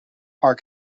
are